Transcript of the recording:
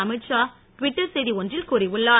Amit Shah Twitter செய் தி ஒன்றில் கூறியுள்ளார்